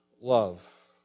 love